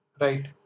right